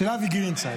של אבי גרינצייג.